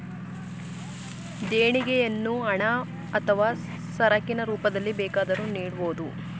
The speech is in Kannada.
ದೇಣಿಗೆಯನ್ನು ಹಣ ಅಥವಾ ಸರಕಿನ ರೂಪದಲ್ಲಿ ಬೇಕಾದರೂ ನೀಡಬೋದು